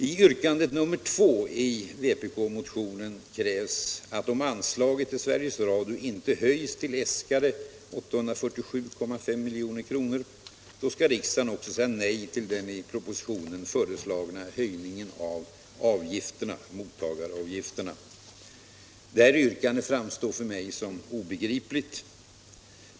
I yrkande 2 i vpk-motionen krävs att om anslaget till Sveriges Radio inte höjs till äskade 847,5 milj.kr. — då skall riksdagen också säga nej Detta yrkande framstår för mig som obegripligt.